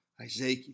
Isaiah